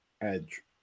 Edge